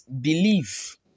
believe